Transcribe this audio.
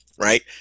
right